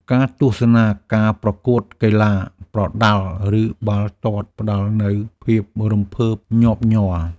ការទស្សនាការប្រកួតកីឡាប្រដាល់ ឬបាល់ទាត់ផ្ដល់នូវភាពរំភើបញាប់ញ័រ។